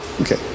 Okay